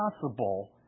possible